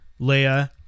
Leia